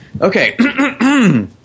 Okay